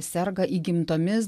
serga įgimtomis